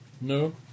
No